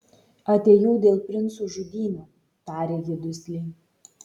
atėjau dėl princų žudynių tarė ji dusliai